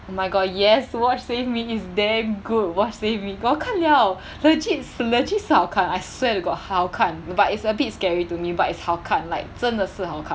oh my god yes watch save me it's damn good watch save me 我看了 legit legit 是好看 I swear to god 好看 but it's a bit scary to me but it's 好看 like 真的是好看